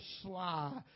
sly